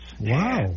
Wow